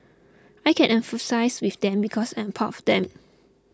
I can empathise with them because I'm part of them